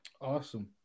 Awesome